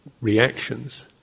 reactions